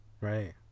right